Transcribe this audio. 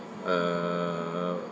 uh